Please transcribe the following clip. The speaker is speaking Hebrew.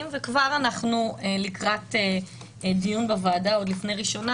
וכבר אנחנו לקראת דיון בוועדה עוד לפני ראשונה,